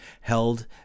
held